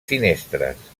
finestres